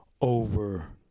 Over